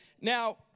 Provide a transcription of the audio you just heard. Now